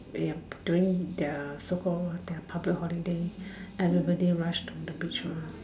they are doing their so call their public holiday everybody rush to the beach